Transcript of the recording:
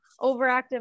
overactive